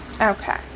okay